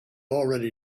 already